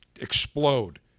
explode